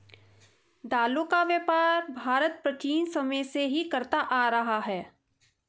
दालों का व्यापार भारत प्राचीन समय से ही करता आ रहा है